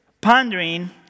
pondering